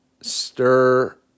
stir